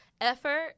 effort